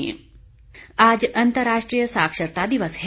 साक्षरता दिवस आज अंतर्राष्ट्रीय साक्षरता दिवस है